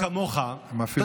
אתם רוצים לצעוק, תצעקו.